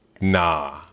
Nah